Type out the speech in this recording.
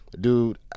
dude